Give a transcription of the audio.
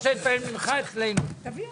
הישיבה ננעלה בשעה 15:30.